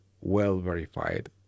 well-verified